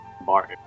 bar